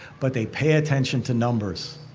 but they pay attention to numbers.